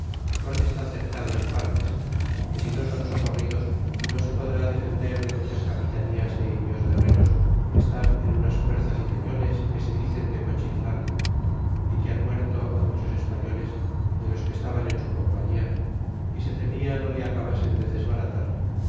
porque está cercado en partes aue si no son socorridos no se podrá defender de muchas capitanías de indios guerreros que están en unas fuerzas y peñoles que se dicen de cochillan y que han muerto a muchos españoles de los que estaban en su compañia y se teng a no le acabasen de desbaratar